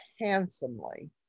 handsomely